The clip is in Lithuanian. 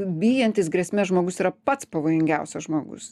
bijantis grėsmės žmogus yra pats pavojingiausias žmogus